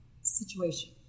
situation